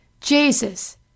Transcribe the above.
Jesus